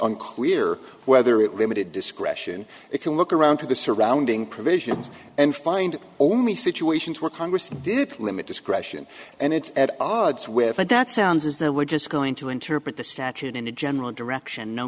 unclear whether it limited discretion it can look around to the surrounding provisions and find only situations where congress did limit discretion and it's at odds with it that sounds as though we're just going to interpret the statute in a general direction no